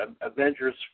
Avengers